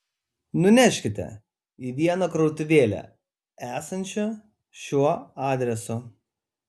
nunešite į vieną krautuvėlę esančią šiuo adresu